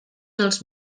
els